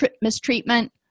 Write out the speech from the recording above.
mistreatment